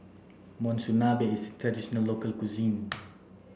Monsunabe is a traditional local cuisine